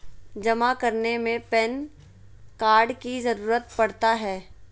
जमा करने में पैन कार्ड की जरूरत पड़ता है?